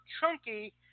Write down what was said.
chunky